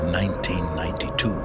1992